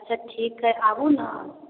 अच्छा ठीक हइ आबू ने